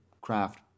craft